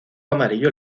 amarillo